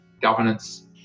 governance